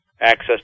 access